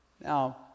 Now